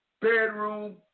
bedroom